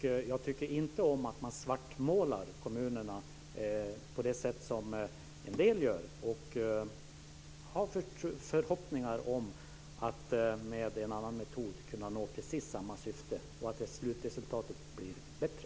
Jag tycker inte om att kommunerna svartmålas på det sätt som en del gör, utan jag har förhoppningar om att det med en annan metod går att nå precis samma syfte och om att slutresultatet blir bättre.